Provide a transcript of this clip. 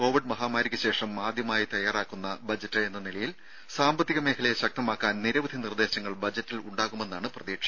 Covid മഹാമാരിക്ക് ശേഷം ആദ്യമായി തയാറാക്കുന്ന ബജറ്റെന്ന നിലയിൽ സാമ്പത്തിക മേഖലയെ ശക്തമാക്കാൻ നിരവധി നിർദേശങ്ങൾ ബജറ്റിൽ ഉണ്ടാകുമെന്നാണ് പ്രതീക്ഷ